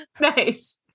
nice